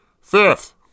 Fifth